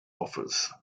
offers